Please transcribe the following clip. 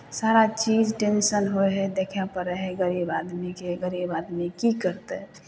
सारा चीज टेंसन होइ हइ देखय पड़ै हइ गरीब आदमीके गरीब आदमी की करतै